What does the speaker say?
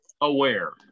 aware